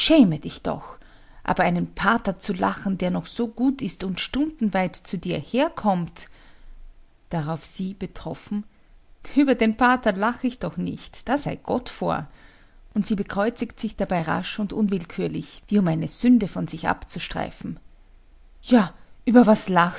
dich doch aber einen pater zu lachen der noch so gut ist und stundenweit zu dir herkommt darauf sie betroffen über den pater lach ich doch nicht da sei gott vor und sie bekreuzigt sich dabei rasch und unwillkürlich wie um eine sünde von sich abzustreifen ja über was